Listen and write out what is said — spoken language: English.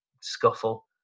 scuffle